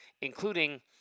including